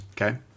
Okay